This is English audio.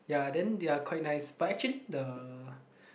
ya then they are quite nice but actually the